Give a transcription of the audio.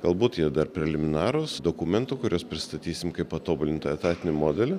galbūt jie dar preliminarūs dokumentų kuriuos pristatysim kaip patobulintą etatinį modelį